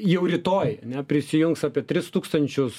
jau rytoj ane prisijungs apie tris tūkstančius